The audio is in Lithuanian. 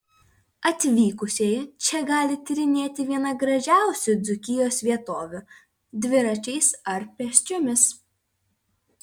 atvykusieji čia gali tyrinėti vieną gražiausių dzūkijos vietovių dviračiais ar pėsčiomis